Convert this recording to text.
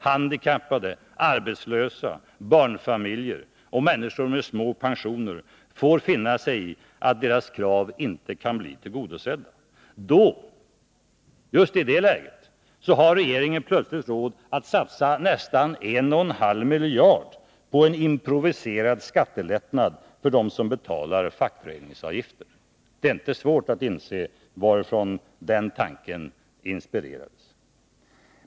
Handikappade, arbetslösa, barnfamiljer och människor med små pensioner får finna sig i att deras krav inte kan bli tillgodosedda. Just i det läget har regeringen plötsligt råd att satsa nästan en och en halv miljard på en improviserad skattelättnad för dem som betalar fackföreningsavgifter. Det är inte svårt att inse varifrån den tanken inspirerats.